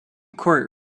court